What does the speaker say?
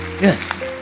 yes